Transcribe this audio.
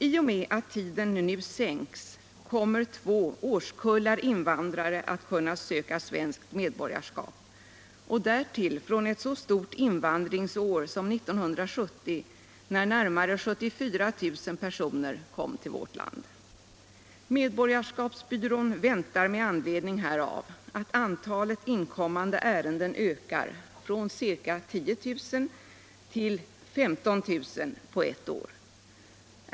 I och med att tiden nu sänks kommer två årskullar invandrare att kunna söka svenskt medborgarskap — därtill från ett så stort invandringsår som 1970, då närmare 74 000 personer kom till vårt land. Medborgarskapsbyrån väntar med anledning härav att antalet inkommande ärenden ökar från ca 10 000 till 15 000 på ett år.